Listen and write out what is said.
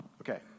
Okay